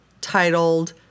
titled